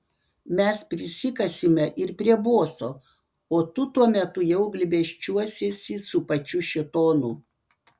mes prisikasime ir prie boso o tu tuo metu jau glėbesčiuosiesi su pačiu šėtonu